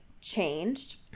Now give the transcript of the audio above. changed